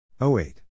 08